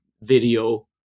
video